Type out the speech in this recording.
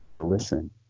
listen